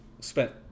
Spent